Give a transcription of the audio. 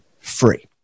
free